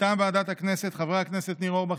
מטעם ועדת הכנסת חברי הכנסת ניר אורבך,